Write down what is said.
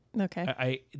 Okay